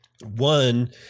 One